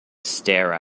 stare